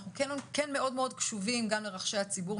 אנחנו מאוד קשובים גם לרחשי הציבור,